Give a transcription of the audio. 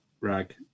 rag